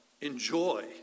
enjoy